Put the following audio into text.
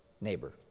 neighbor